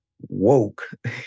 woke